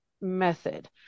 method